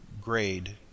grade